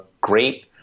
great